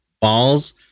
balls